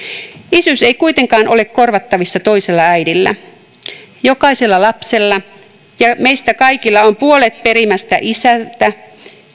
isyys ei kuitenkaan ole korvattavissa toisella äidillä jokaisella lapsella ja meistä kaikilla on puolet perimästä isältä